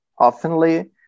oftenly